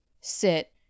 sit